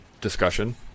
discussion